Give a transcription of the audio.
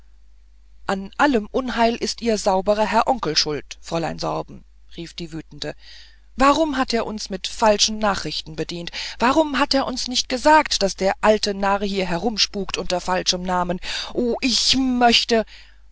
an allem unheil ist ihr sauberer herr onkel schuld fräulein sorben rief die wütende warum hat er uns mit falschen nachrichten bedient warum hat er uns nicht gesagt daß der alte narr hier herumspukt unter falschem namen o ich möchte